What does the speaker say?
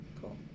Cool